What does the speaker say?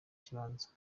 kibanza